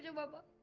yeah baba,